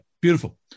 Beautiful